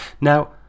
Now